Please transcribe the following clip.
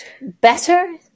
better